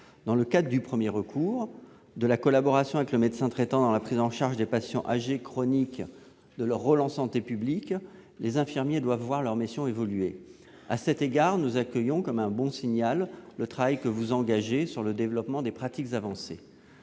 Dans le cadre du premier recours, de la collaboration avec le médecin traitant dans la prise en charge des patients âgés et chroniques, et de leur rôle en santé publique, les infirmiers doivent voir leurs missions évoluer. À cet égard, nous accueillons comme un signal positif le travail que vous engagez, madame la ministre, sur le développement des pratiques avancées.